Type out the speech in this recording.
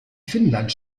finnland